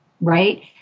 right